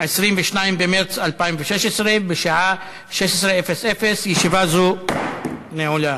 22 במרס 2016, בשעה 16:00. ישיבה זאת נעולה.